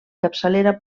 capçalera